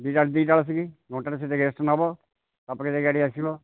ଦୁଇଟା ଦୁଇଟା ଆସିକି ଘଣ୍ଟାଟେ ସୁଧା ରେସ୍ଟ ନେବ ତାପରେ ଯାଇ ଗାଡ଼ି ଆସିବ